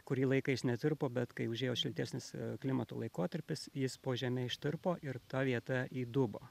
kurį laiką jis netirpo bet kai užėjo šiltesnis klimato laikotarpis jis po žeme ištirpo ir ta vietą įdubo